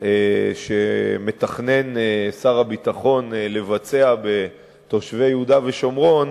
שמתכנן שר הביטחון לבצע בתושבי יהודה ושומרון,